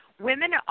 women